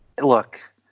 Look